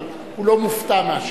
אבל הוא לא מופתע מהשאלה.